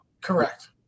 Correct